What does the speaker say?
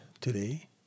today